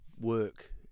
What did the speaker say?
work